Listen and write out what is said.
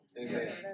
Amen